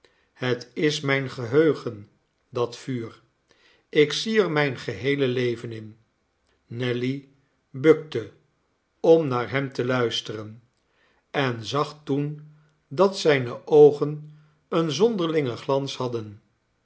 het is mijn geheugen dat vuur ik zie er mijn geheele leven in nelly bukte om naar hem te luisteren en zag toen dat zijne oogen een zonderlingen glans hadden